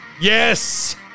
yes